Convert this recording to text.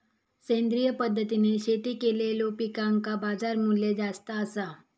सेंद्रिय पद्धतीने शेती केलेलो पिकांका बाजारमूल्य जास्त आसा